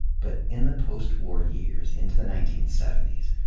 but in the postwar years, into the nineteen seventy s,